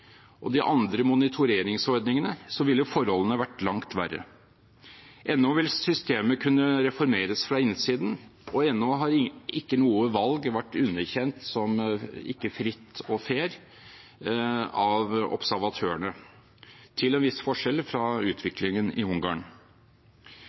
og de andre monitoreringsordningene ville forholdene vært langt verre. Ennå vil systemet kunne reformeres fra innsiden, og ennå har ikke noe valg vært underkjent som ikke fritt og fair av observatørene, til en viss forskjell fra